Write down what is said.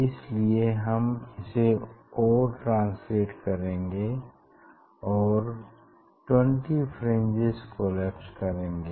इस लिए हम इसे और ट्रांसलेट करेंगे और 20 फ्रिंजेस कोलैप्स करेंगे